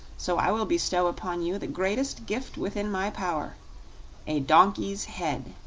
so i will bestow upon you the greatest gift within my power a donkey's head.